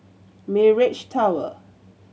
Mirage Tower